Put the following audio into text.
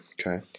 Okay